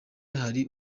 hari